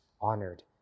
honored